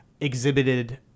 exhibited